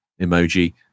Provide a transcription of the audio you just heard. emoji